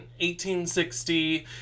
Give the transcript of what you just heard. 1860